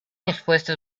expuestas